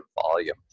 volume